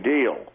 Deal